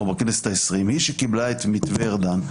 או בכנסת ה-20 היא שקיבלה את מתווה ארדן.